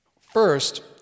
First